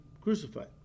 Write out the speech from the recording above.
crucified